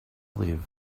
live